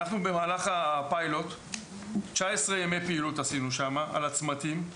במהלך הפיילוט עשינו שם 19 ימי פעילות על הצמתים.